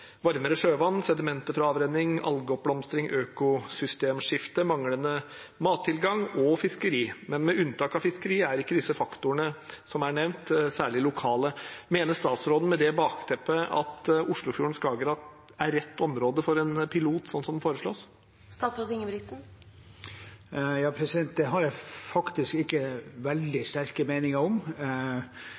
varmere sjøvann, sedimenter fra avrenning, algeoppblomstring, økosystemskifte, manglende mattilgang og fiskeri. Men med unntak av fiskeri er ikke disse faktorene som er nevnt, særlig lokale. Mener statsråden med det bakteppet at Oslofjorden og Skagerrak er rett område for en pilot, sånn som det foreslås? Det har jeg faktisk ikke veldig sterke meninger om,